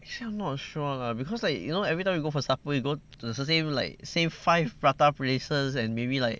actually I'm not sure lah because like you know everytime we go for supper you go it's the same like same five prata places and maybe like